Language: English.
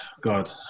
God